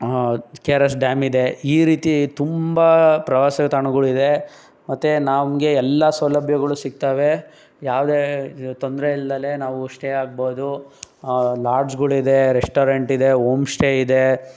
K R S dam ಇದೆ ಈ ರೀತಿ ತುಂಬ ಪ್ರವಾಸ ತಾಣಗಳಿದೆ ಮತ್ತು ನಮ್ಗೆ ಎಲ್ಲ ಸೌಲಭ್ಯಗಳು ಸಿಗ್ತವೆ ಯಾವುದೇ ತೊಂದರೆ ಇಲ್ದೆ ನಾವು ಸ್ಟೇ ಆಗ್ಬೋದು ಲಾಡ್ಜ್ಗಳಿದೆ ರೆಸ್ಟೋರೆಂಟ್ ಇದೆ ಓಮ್ ಸ್ಟೇ ಇದೆ